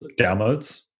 downloads